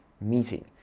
meeting